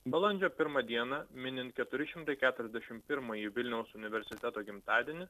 balandžio pirmą dieną minint keturi šimtai keturiasdešim pirmąjį vilniaus universiteto gimtadienį